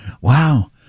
Wow